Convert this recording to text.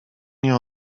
nie